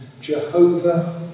Jehovah